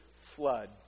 flood